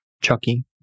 Chucky